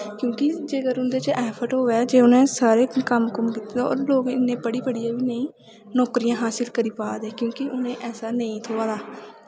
क्योंकि जेकर उं'दे च ऐफर्ट होऐ जे उ'नें सारे कम्म कुम्म कीते दे होन ओह् लोग इन्ने पढ़ी पढ़ियै बी नेईं नौकरियां हासल करी पा दे क्येंकि उ'नेंगी ऐसा नेईं थ्होआ दा